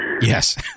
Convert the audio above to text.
Yes